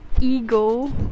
ego